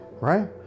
right